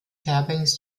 fairbanks